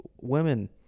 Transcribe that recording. women